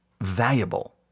valuable